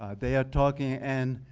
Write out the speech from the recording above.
ah they are talking and